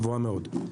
גבוהה מאוד.